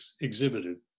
exhibited